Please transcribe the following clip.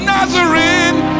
Nazarene